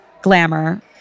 Glamour